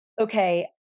okay